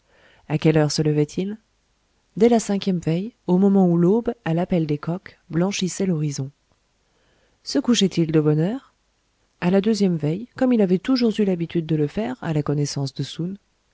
a quelle heure se levait il dès la cinquième veille au moment où l'aube à l'appel des coqs blanchissait l'horizon se couchait il de bonne heure a la deuxième veille comme il avait toujours eu l'habitude de le faire à la connaissance de